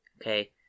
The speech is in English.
okay